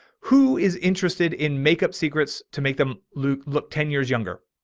who is interested in makeup secrets to make them look look ten years younger.